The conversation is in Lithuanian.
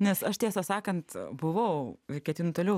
nes aš tiesą sakant buvau ir ketinu toliau